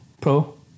Pro